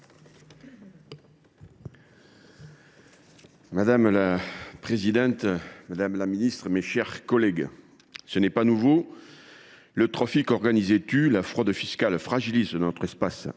Madame la présidente, madame la ministre, mes chers collègues, ce n’est pas nouveau, le trafic organisé tue, la fraude fiscale fragilise notre pacte